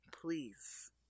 Please